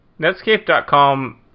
Netscape.com